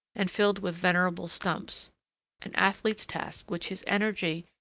and filled with venerable stumps an athlete's task which his energy,